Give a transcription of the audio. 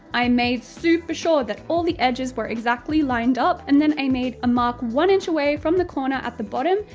i made super sure that all the edges were exactly lined up, and then i made a mark one inch away from the corner at the bottom,